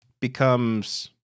becomes